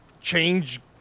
change